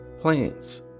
plants